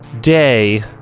day